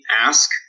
ask